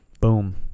Boom